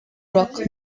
rock